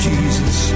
Jesus